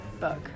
book